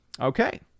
Okay